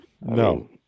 No